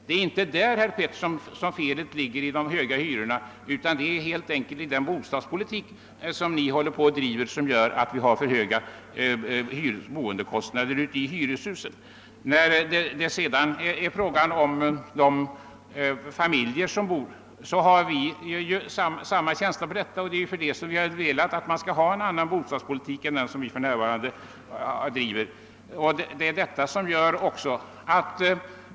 Det är inte där, herr Pettersson, som felet med de höga hyrorna ligger, utan det är helt enkelt den bostadspolitik ni driver som gör att vi har för höga boendekostnader i hyreshusen. När det sedan är fråga om de familjer som bor där har vi samma känsla för dessa, och det är därför vi har velat att man skall föra en annan bostadspolitik än den nuvarande.